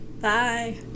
Bye